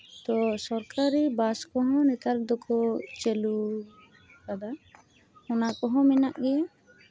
ᱛᱚ ᱥᱚᱨᱠᱟᱨᱤ ᱵᱟᱥ ᱠᱚᱦᱚᱸ ᱱᱮᱛᱟᱨ ᱫᱚᱠᱚ ᱪᱟᱹᱞᱩᱣ ᱠᱟᱫᱟ ᱚᱱᱟ ᱠᱚᱦᱚᱸ ᱢᱮᱱᱟᱜ ᱜᱮᱭᱟ